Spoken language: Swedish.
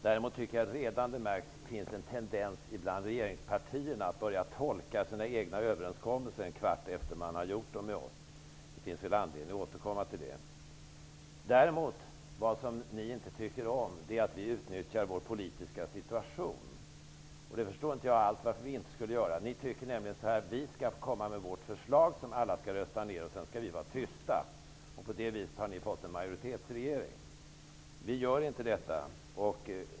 Däremot märks det redan en tendens bland regeringspartierna att börja tolka egna överenskommelser en kvart efter det att man träffat dem med oss. Det finns anledning att återkomma till det. Vad ni däremot inte tycker om är att vi i Ny demokrati utnyttjar vår politiska situation. Jag förstår inte alls varför vi inte skulle göra det. Ni tycker att vi skall komma med vårt förslag, som alla skall rösta ned, och sedan skall vi vara tysta. På det viset har ni fått en majoritetsregering. Vi gör inte detta.